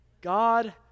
God